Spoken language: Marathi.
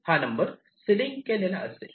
हा नंबर सिलिंग केलेला असेल